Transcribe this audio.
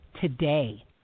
today